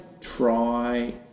try